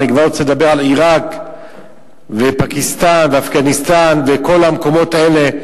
אני כבר לא רוצה לדבר על עירק ופקיסטן ואפגניסטן וכל המקומות האלה.